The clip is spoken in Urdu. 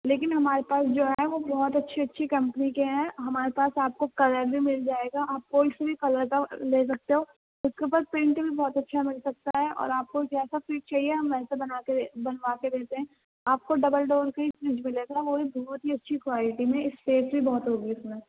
لیکن ہمارے پاس جو ہیں وہ بہت اچھی اچھی کمپنی کے ہیں ہمارے پاس آپ کو کلر بھی مِل جائے گا آپ کوئی سے بھی کلر کا لے سکتے ہو اُس کے اوپر پینٹنگ بہت اچھا مِل سکتا ہے اور آپ کو جیسا فریج چاہیے ہم ویسا بنا کے بنوا کے دیتے ہیں آپ کو ڈبل ڈور کی ہی فریج مِلے گا وہ بھی بہت اچھی کوالٹی میں اسپیس بھی بہت ہوگی اُس میں